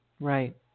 Right